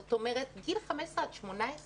זאת אומרת גיל 15 עד 18,